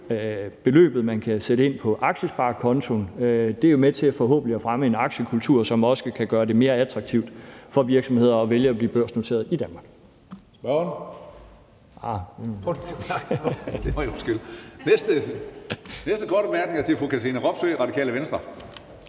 beløbet, man kan sætte ind på aktiesparekontoen. Det er jo forhåbentlig med til at fremme en aktiekultur, som også kan gøre det mere attraktivt for virksomheder at vælge at blive børsnoteret i Danmark.